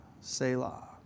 Selah